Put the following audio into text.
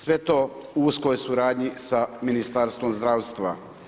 Sve to u uskoj je suradnji sa Ministarstvom zdravstva.